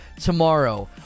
tomorrow